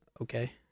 okay